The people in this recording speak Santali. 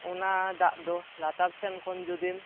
ᱚᱱᱟ ᱫᱟᱜ ᱫᱚ ᱞᱟᱛᱟᱨ ᱥᱮᱱ ᱠᱷᱚᱱ ᱡᱩᱫᱤᱢ